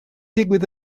digwydd